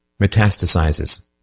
metastasizes